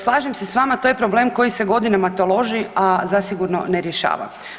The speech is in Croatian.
Slažem se sa vama, to je problem koji se godina taloži, a zasigurno ne rješava.